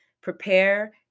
prepare